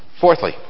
Fourthly